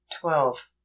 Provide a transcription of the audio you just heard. Twelve